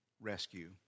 rescue